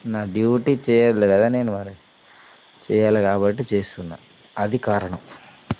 నా డ్యూటీ చేయాలి కదా నేను మరి చేయాలి కాబట్టి చేస్తున్నా అది కారణం